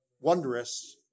wondrous